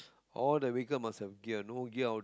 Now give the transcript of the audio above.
all the vehicle must have gear no gear